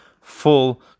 full